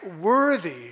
worthy